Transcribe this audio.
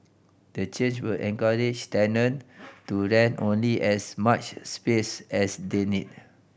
the change will encourage tenant to rent only as much space as they need